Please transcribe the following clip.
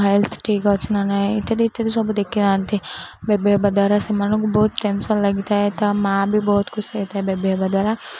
health ଠିକ୍ ଅଛି ନାହିଁ ଇତ୍ୟାଦି ଇତ୍ୟାଦି ସବୁ ଦେଖି ଥାନ୍ତି ବେବି ହେବା ଦ୍ୱାରା ସେମାନଙ୍କୁ ବହୁତ ଟେନ୍ସନ୍ ଲାଗିଥାଏ ତ ମା' ବି ବହୁତ ଖୁସି ହେଇଥାଏ ବେବି ହେବା ଦ୍ୱାରା